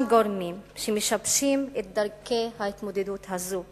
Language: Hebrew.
גורמים שמשבשים את דרכי ההתמודדות האלה,